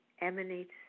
emanates